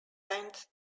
went